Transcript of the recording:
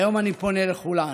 היום אני פונה לכולן: